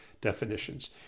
definitions